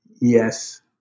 yes